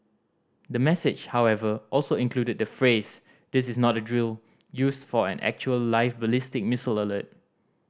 the message however also included the phrase This is not a drill used for an actual live ballistic missile alert